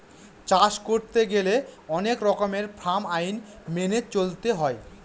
চাষ করতে গেলে অনেক রকমের ফার্ম আইন মেনে চলতে হয়